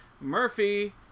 Murphy